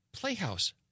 Playhouse